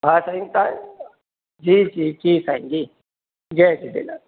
हा साईं तव्हां जी जी जी साईं जी जय झूलेलाल